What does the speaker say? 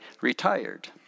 retired